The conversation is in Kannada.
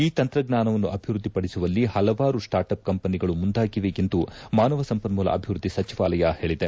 ಈ ತಂತ್ರಜ್ಞಾನವನ್ನು ಅಭಿವೃದ್ಧಿಪಡಿಸುವಲ್ಲಿ ಹಲವಾರು ಸ್ಟಾರ್ಟ್ಪ್ ಕಂಪನಿಗಳು ಮುಂದಾಗಿವೆ ಎಂದು ಮಾನವ ಸಂಪನ್ಮೂಲ ಅಭಿವೃದ್ಧಿ ಸಚಿವಾಲಯ ಹೇಳಿದೆ